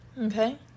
Okay